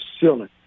ceiling